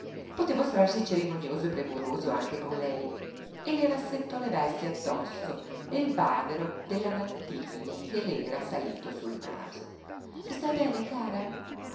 mostrarsi cerimonioso e premuroso anche con lei e le rassettò le vesti addosso e il bavero della mantiglia che le era salito sul naso stai bene cara